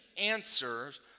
answers